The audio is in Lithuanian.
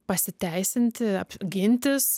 pasiteisinti gintis